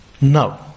No